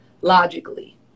logically